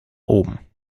oben